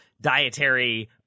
dietary